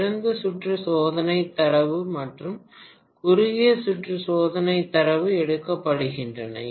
திறந்த சுற்று சோதனை தரவு மற்றும் குறுகிய சுற்று சோதனை தரவு எடுக்கப்படுகின்றன